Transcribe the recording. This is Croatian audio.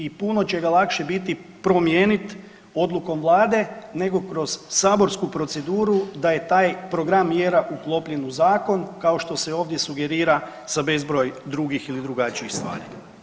I puno će ga lakše biti promijeniti odlukom Vlade nego kroz saborsku proceduru da je taj program mjera uklopljen u zakon kao što se ovdje sugerira sa bezbroj drugih ili drugačijih stvari.